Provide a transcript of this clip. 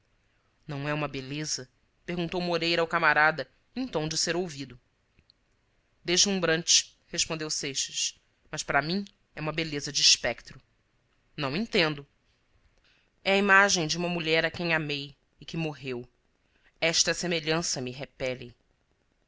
não é uma beleza perguntou moreira ao camarada em tom de ser ouvido deslumbrante respondeu seixas mas para mim é uma beleza de espectro não entendo é a imagem de uma mulher a quem amei e que morreu esta semelhança me repele